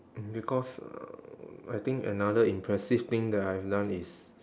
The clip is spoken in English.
mm because um I think another impressive thing that I have done is